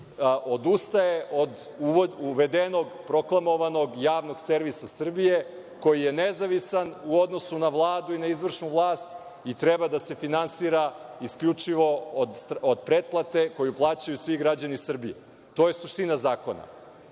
odustaje od uvedenog proklamovanog Javnog servisa Srbije koji je nezavistan u odnosu na Vladu i na izvršnu vlast i treba da se finansira isključivo od pretplate koju plaćaju svi građani Srbije. To je suština zakona.I